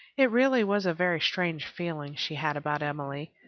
it really was a very strange feeling she had about emily.